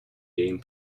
game